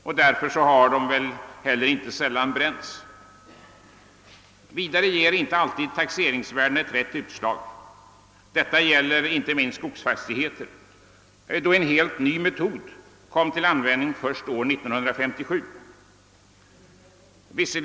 I övrigt skall tomtrörelse anses föreligga om den skattskyldige under tio kalenderår avyttrat minst 15 byggnadstomter.